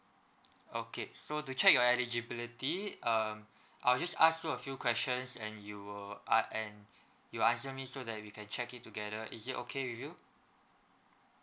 okay so to check your eligibility um I'll just ask you a few questions and you will uh and you answer me so that we can check it together is it okay with you